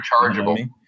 rechargeable